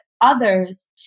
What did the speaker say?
others